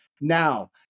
Now